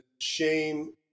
shame